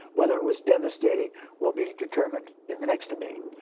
whether it was devastating will be determined in the next debate.